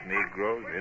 Negroes